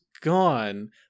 gone